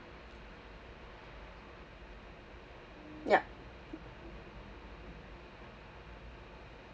yup